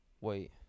Wait